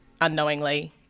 unknowingly